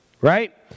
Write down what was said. right